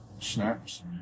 snaps